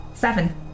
Seven